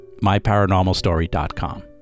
MyParanormalstory.com